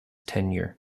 tenure